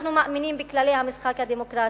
אנחנו מאמינים בכללי המשחק הדמוקרטי,